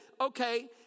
okay